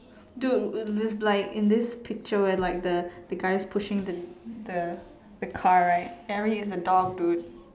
dude in this like in this picture where like the guy is pushing the the the car right Larry is a dog dude